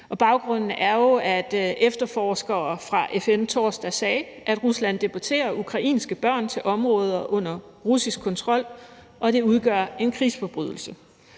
baggrunden er jo, at efterforskere fra FN torsdag sagde, at Rusland deporterer ukrainske børn til områder under russisk kontrol, og det udgør en krigsforbrydelse.